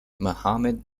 mohammed